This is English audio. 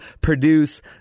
produce